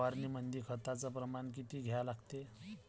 फवारनीमंदी खताचं प्रमान किती घ्या लागते?